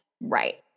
right